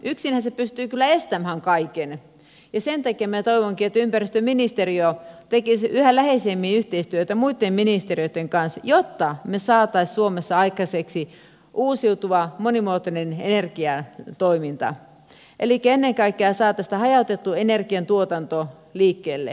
yksinään se pystyy kyllä estämään kaiken ja sen takia minä toivonkin että ympäristöministeriö tekisi yhä läheisemmin yhteistyötä muitten ministeriöitten kanssa jotta me saisimme suomessa aikaiseksi uusiutuvaa monimuotoista energiatoimintaa elikkä ennen kaikkea saataisiin tämä hajautettu energiantuotanto liikkeelle